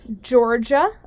Georgia